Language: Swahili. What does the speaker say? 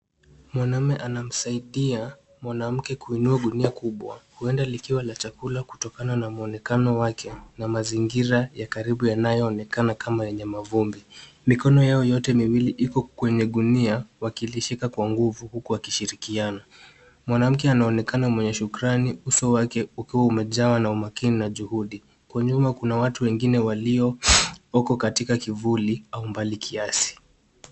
Mwanaume anamsaidia mwanamke kuinua gunia kubwa, huenda likiwa la chakula kutokana na mwonekano wake na mazingira ya karibu yanayoonekana kama yenye mavumbi. Mikono yao yote miwili Iko kwenye gunia wakilishika kwa nguvu huku wakishirikiana. Mwanamke anaonekana mwenye shukrani uso wake ukiwa umejawa na umakini na juhudi. Kwa nyuma kuna watu wengine walioko katika kivuli au mbali kiasi.